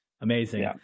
Amazing